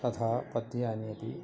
तथा पद्यानि अपि